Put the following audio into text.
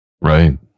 right